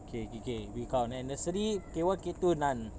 okay okay okay we count and nursery K one K two none